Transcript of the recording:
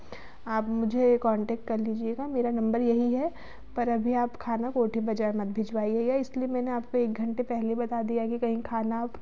आप मुझे कॉन्टेक्ट कर लीजिएगा मेरा नंबर यही है पर अभी आप खाना कोठी बाज़ार मत भिजवाइएगा इसलिए मैंने आपको एक घंटे पहले बता दिया कि कहीं खाना